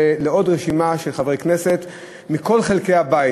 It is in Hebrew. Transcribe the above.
ולעוד רשימה של חברי כנסת מכל חלקי הבית